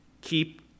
keep